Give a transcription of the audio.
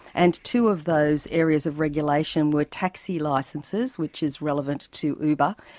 and two of those areas of regulation were taxi licences, which is relevant to uber,